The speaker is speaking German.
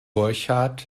burchard